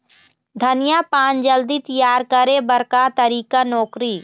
धनिया पान जल्दी तियार करे बर का तरीका नोकरी?